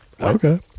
Okay